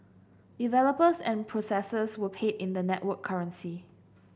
developers and processors were paid in the network currency